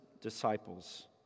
disciples